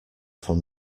from